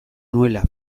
nuela